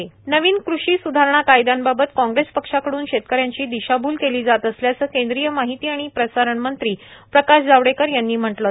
प्रकाश जावडेकर नवीन कृषी स्धारणा कायद्यांबाबत काँग्रेस पक्षाकड्न शेतकऱ्यांची दिशाभूल केली जात असल्याचं केंद्रीय माहिती आणि प्रसारण मंत्री प्रकाश जावडेकर यांनी म्हटलं आहे